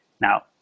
Now